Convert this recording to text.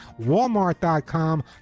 Walmart.com